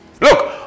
Look